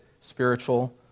spiritual